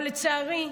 אבל לצערי,